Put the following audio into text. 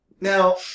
Now